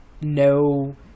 no